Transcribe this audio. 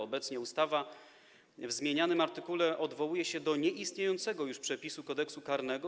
Obecnie ustawa w zmienianym artykule odwołuje się do nieistniejącego już przepisu Kodeksu karnego.